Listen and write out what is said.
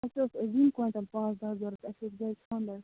اسہِ ٲسۍ ٲں زِنۍ کۄینٛٹل پانٛژھ دَہ ضروٗرت اسہِ اوس گھرِ خانٛدَر